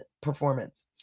performance